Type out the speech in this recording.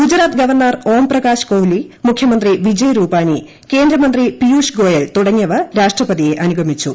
Gujarat governor Omprakash Kohli മുഖ്യമന്ത്രി വിജയ് രൂപാനി കേന്ദ്രമന്ത്രി പിയൂഷ് ഗോയൽ തുടങ്ങിയവർ രാഷ്ട്രപതിയെ അനുഗമിച്ചു